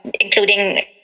including